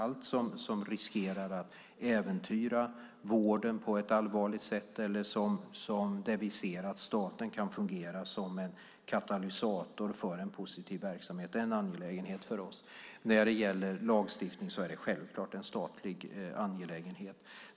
Allt som riskerar att äventyra vården på ett allvarligt sätt eller där vi ser att staten kan fungera som en katalysator för en positiv verksamhet är en angelägenhet för oss. När det gäller lagstiftning är det självklart en statlig angelägenhet.